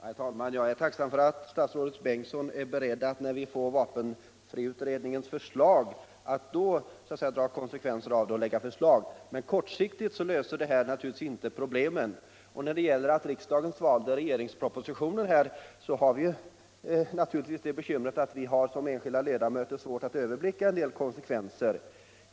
Herr talman! Jag är tacksam för att statsrådet Bengtsson är beredd att, när vi får vapenfriutredningens förslag, dra konsekvenserna av det och framlägga förslag. Men kortsiktigt löser detta naturligtvis inte problemen. Då det gäller påpekandet att riksdagen godkände regeringspropositionen är naturligtvis bekymret att vi som enskilda ledamöter har svårt att se alla konsekvenser.